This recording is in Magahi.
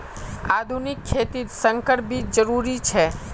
आधुनिक खेतित संकर बीज जरुरी छे